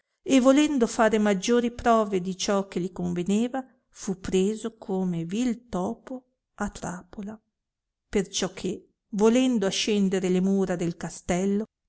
e volendo fare maggiori prove di ciò che li convelleva fu preso come vii topo a trapola perciò che volendo ascendere le mura del castello